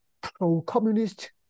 pro-communist